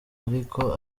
ariko